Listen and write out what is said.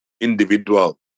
individual